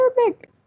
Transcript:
Arabic